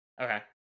Okay